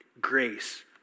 Grace